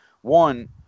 One